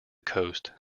coast